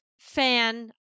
fan